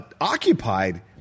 occupied